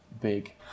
big